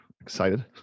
Excited